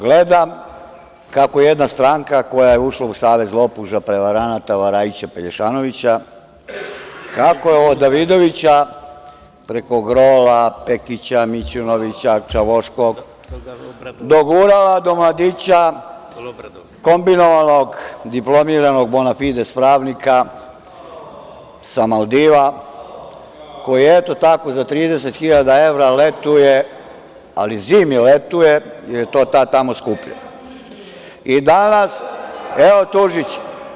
Gledam kako jedna stranka koja je ušla u savez lopuža, prevaranata, varajića, pelješanovića, kako je od Davidovića, preko Grola, Pekića, Mićunovića, Čavoškog, dogurala do mladića kombinovanog diplomiranog „Bonafides“ pravnika sa Maldiva, koji, eto tako, za 30 hiljada evra letuje, ali zimi letuje, jer je to tad tamo skuplje. (Balša Božović: E, sad, tužiću te za ovo.) Evo, tužiće.